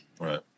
Right